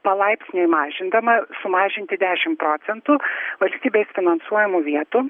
palaipsniui mažindama sumažinti dešim procentų valstybės finansuojamų vietų